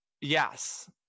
Yes